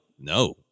no